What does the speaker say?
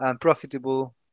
Profitable